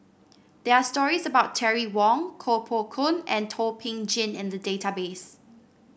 there are stories about Terry Wong Koh Poh Koon and Thum Ping Tjin in the database